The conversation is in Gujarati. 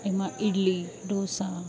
એમાં ઈડલી ઢોંસા